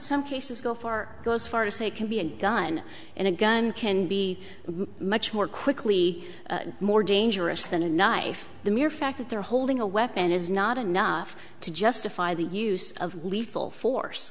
some cases go far goes far to say can be a gun in a gun can be much more quickly more dangerous than a knife the mere fact that they're holding a weapon is not enough to justify the use of lethal force